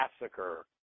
massacre